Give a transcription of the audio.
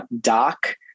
doc